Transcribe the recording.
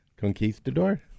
conquistador